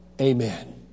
amen